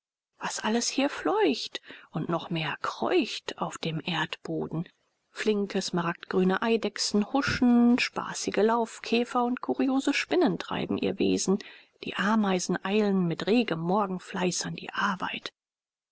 was alles hier fleucht und noch mehr kreucht auf dem erdboden flinke smaragdgrüne eidechsen huschen spaßige laufkäfer und kuriose spinnen treiben ihr wesen die ameisen eilen mit regem morgenfleiß an die arbeit